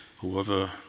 whoever